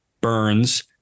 Burns